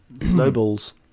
snowballs